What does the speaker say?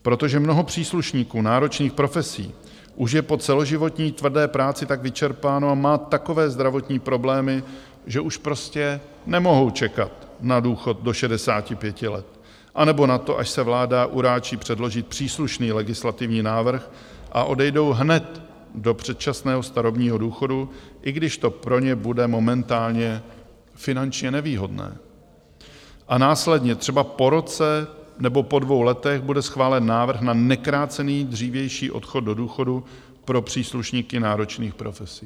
Protože mnoho příslušníků náročných profesí už je po celoživotní tvrdé práci tak vyčerpáno a má takové zdravotní problémy, že už prostě nemohou čekat na důchod do 65 let, anebo na to, až se vláda uráčí předložit příslušný legislativní návrh a odejdou hned do předčasného starobního důchodu, i když to pro ně bude momentálně finančně nevýhodné, a následně třeba po roce nebo po dvou letech bude schválen návrh na nekrácený dřívější odchod do důchodu pro příslušníky náročných profesí.